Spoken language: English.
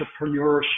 entrepreneurship